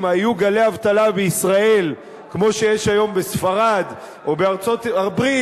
אם היו גלי אבטלה בישראל כמו שיש היום בספרד או בארצות-הברית,